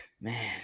Man